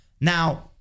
Now